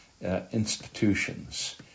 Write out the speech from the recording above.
institutions